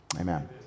amen